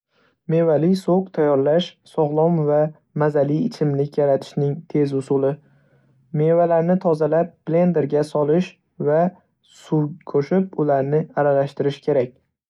Mevali sok tayyorlash sog‘lom va mazali ichimlik yaratishning tez usuli. Mevalarni tozalab, blenderga solish va suv qo‘shib, ularni aralashtirish kerak!